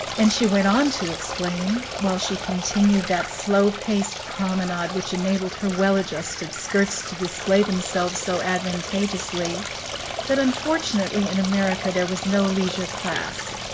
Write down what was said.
and she went on to explain, while she continued that slow-paced promenade which enabled her well-adjusted skirts to display themselves so advantageously, that unfortunately in america there was no leisure class.